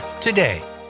today